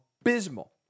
abysmal